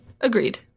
Agreed